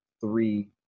three